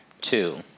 Two